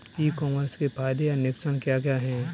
ई commerce के फायदे या नुकसान क्या क्या हैं?